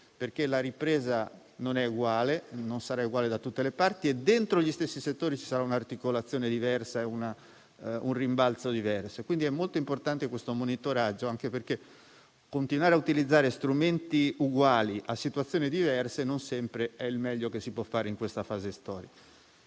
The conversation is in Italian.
perché la ripresa non è uguale, non sarà uguale da tutte le parti e dentro gli stessi settori ci sarà un'articolazione diversa e un rimbalzo diverso. Il monitoraggio è quindi molto importante anche perché continuare a utilizzare strumenti uguali per situazioni diverse non sempre è il meglio che si possa fare in questa fase storica.